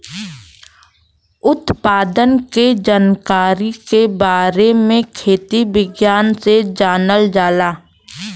उत्पादन के जानकारी के बारे में खेती विज्ञान से जानल जाला